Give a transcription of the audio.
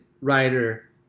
writer